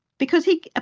because he, ah